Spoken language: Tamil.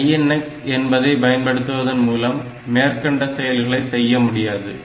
INX என்பதை பயன்படுத்துவதன் மூலம் மேற்கண்ட செயல்களை செய்ய முடியாது